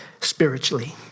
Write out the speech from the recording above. spiritually